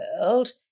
world